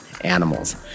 animals